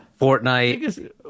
Fortnite